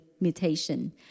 mutation